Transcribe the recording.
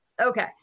Okay